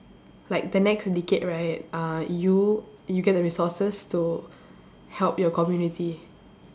like the next decade right uh you you get the resources to help your community